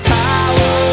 power